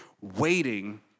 waiting